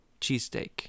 cheesesteak